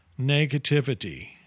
negativity